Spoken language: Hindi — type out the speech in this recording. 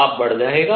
ताप बढ़ जाएगा